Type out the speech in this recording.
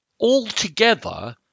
Altogether